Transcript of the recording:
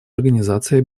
организацией